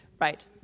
Right